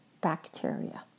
bacteria